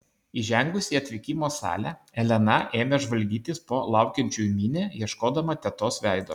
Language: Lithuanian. įžengusi į atvykimo salę elena ėmė žvalgytis po laukiančiųjų minią ieškodama tetos veido